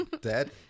Dead